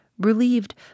relieved